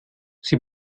sie